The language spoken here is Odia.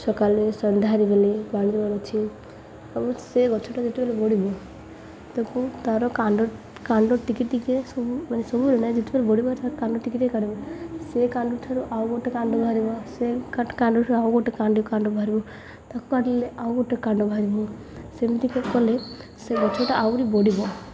ସକାଳେ ସନ୍ଧ୍ୟାରେ ବେଲେ ପାଣିି ଦେବାର ଅଛି ଏବଂ ସେ ଗଛଟା ଯେତେବେଳେ ବଢ଼ିବ ତାକୁ ତା'ର କାଣ୍ଡ କାଣ୍ଡ ଟିକିଏ ଟିକିଏ ସବୁ ମାନେ ସବୁରେ ନାହିଁ ଯେତେବେଳେ ବଢ଼ିବ ତ କାଣ୍ଡ ଟିକିଏ ଟିକିଏ କାଟିବ ସେ କାଣ୍ଡଠାରୁ ଆଉ ଗୋଟେ କାଣ୍ଡ ବାହାରିବ ସେ କାଣ୍ଡ କାଣ୍ଡଠାରୁ ଆଉ ଗୋଟେ କାଣ୍ଡ କାଣ୍ଡ ବାହାରିବ ତାକୁ କାଟିଲେ ଆଉ ଗୋଟେ କାଣ୍ଡ ବାହାରିବ ସେମିତିକି କଲେ ସେ ଗଛଟା ଆହୁରି ବଢ଼ିବ